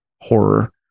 horror